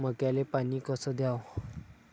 मक्याले पानी कस द्याव?